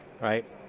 right